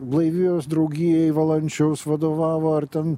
blaivyjos draugijai valančiaus vadovavo ar ten